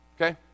Okay